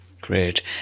Great